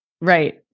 Right